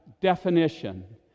definition